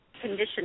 condition